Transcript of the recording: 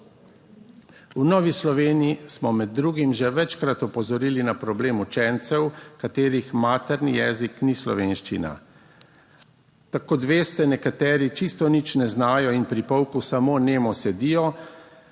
V Novi Sloveniji smo med drugim že večkrat opozorili na problem učencev, katerih materni jezik ni slovenščina. Kot veste, nekateri čisto nič ne znajo in pri pouku samo nemo sedijo,